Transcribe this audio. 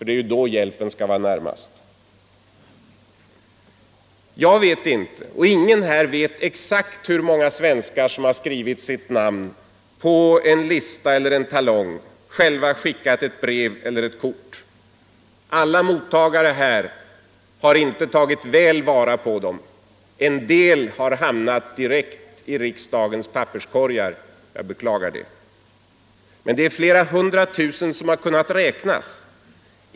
Det är ju då hjälpen skall vara närmast. Jag vet inte och ingen här vet exakt hur många svenskar som skrivit sina namn på en lista eller en talong, själva skickat ett brev eller ett kort. Alla mottagare här i riksdagen har inte tagit väl vara på dessa opinionsyttringar. En del har hamnat direkt i riksdagens papperskorgar. Jag beklagar det. Men det är flera hundra tusen, som har kunnat räknas.